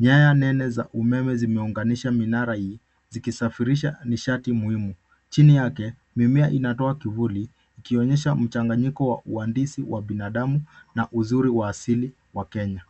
.Nyaye nene za umeme zimeunganisha minara hii zikisafirisha nishati muhimu. Chini yake mimea inatoa kivuli ikionyesha mchanganyiko wa uhandisi wa binadamu na uzuri wa asili wa Kenya.